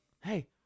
Hey